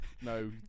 no